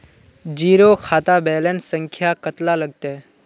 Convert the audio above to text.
Zero खाता balance संख्या कतला लगते?